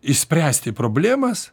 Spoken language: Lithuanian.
išspręsti problemas